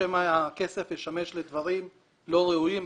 חייבים לתת לנו גם לגייס כדי להוזיל את העלויות שלנו.